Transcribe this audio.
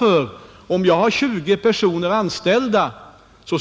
Har man 20 anställda, som